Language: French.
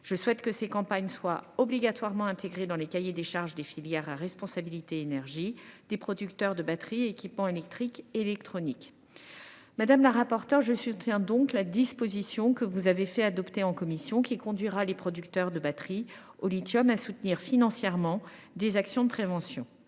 Je souhaite que ces campagnes soient obligatoirement intégrées dans les cahiers des charges des filières à responsabilité élargie des producteurs de batteries et d’équipements électriques et électroniques. Madame la rapporteure, je soutiens donc la disposition, qui a été adoptée en commission sur votre initiative, qui conduira les producteurs de batteries au lithium à soutenir financièrement des actions de prévention.